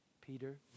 Peter